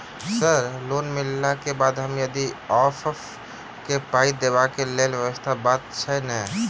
Sir loan मिलला केँ बाद हम यदि ऑफक केँ मे पाई देबाक लैल व्यवस्था बात छैय नै?